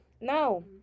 no